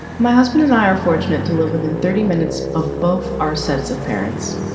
my husband and i are fortunate to live within thirty minutes of both our sets of parents.